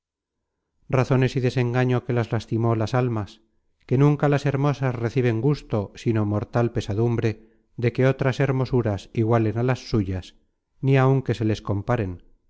razones y desengaño que las lastimó las almas que nunca las hermosas reciben gusto sino mortal pesadumbre de que otras hermosuras igualen á las suyas ni áun que se les comparen